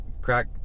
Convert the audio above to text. crack